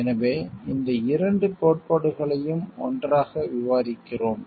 எனவே இந்த இரண்டு கோட்பாடுகளையும் ஒன்றாக விவாதிக்கிறோம்